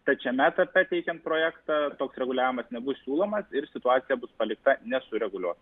tai šiame etape teikiant projektą toks reguliavimas nebus siūlomas ir situacija bus palikta nesureguliuota